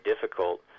difficult